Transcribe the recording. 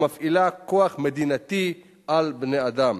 המפעילה כוח מדינתי על בני-אדם.